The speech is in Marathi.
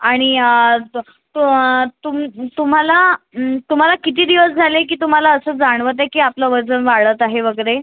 आणि तं तू तुम तुम्हाला तुम्हाला किती दिवस झाले की तुम्हाला असं जाणवत आहे की आपलं वजन वाढत आहे वगैरे